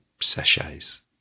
sachets